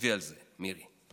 תחשבי על זה, מירי.